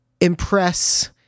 impress